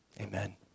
amen